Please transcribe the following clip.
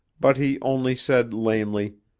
but he only said lamely,